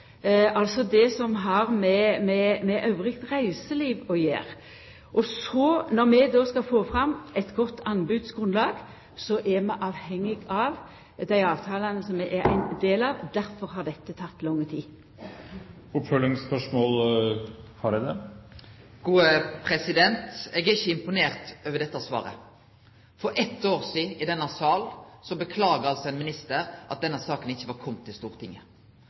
altså det som har med reiselivet elles å gjera. Når vi då skal få fram eit godt anbodsgrunnlag, er vi avhengige av dei avtalane som vi er ein del av. Difor har dette teke lang tid. Eg er ikkje imponert over dette svaret. For eitt år sidan, i denne salen, beklaga altså ein minister at denne saka ikkje var komen til Stortinget.